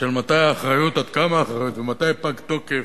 של מתי האחריות, עד כמה אחריות, ומתי פג תוקף.